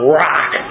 rock